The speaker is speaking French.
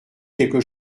quelque